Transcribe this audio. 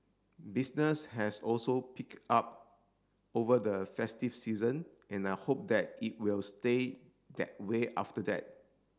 business has also picked up over the festive season and I hope that it will stay that way after that